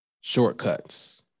shortcuts